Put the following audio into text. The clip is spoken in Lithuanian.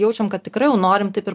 jaučiam kad tikrai jau norim taip ir